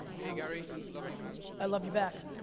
hey gary, love you man. i love you back.